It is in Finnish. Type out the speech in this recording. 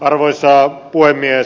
arvoisa puhemies